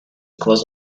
cause